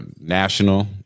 national